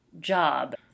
job